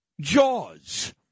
jaws